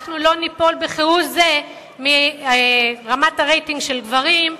ואנחנו לא ניפול כהוא זה מרמת הרייטינג של גברים,